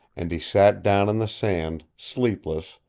and he sat down in the sand, sleepless,